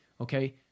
okay